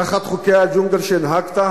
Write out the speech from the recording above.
תחת חוקי הג'ונגל שהנהגת,